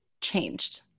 changed